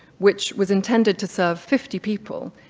which was intended to serve fifty people,